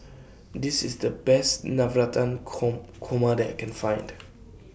This IS The Best Navratan Korma that I Can Find